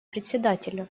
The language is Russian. председателя